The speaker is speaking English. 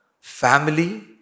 family